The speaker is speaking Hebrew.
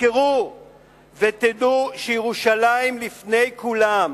תזכרו ותדעו שירושלים לפני כולם.